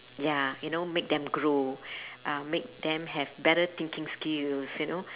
ya you know make them grow uh make them have better thinking skills you know